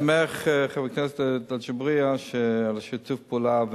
חבר הכנסת אגבאריה, אני שמח על שיתוף הפעולה.